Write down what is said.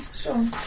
Sure